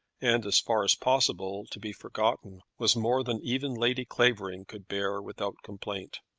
and, as far as possible, to be forgotten, was more than even lady clavering could bear without complaint.